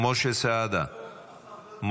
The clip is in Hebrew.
משה סעדה,